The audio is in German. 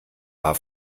war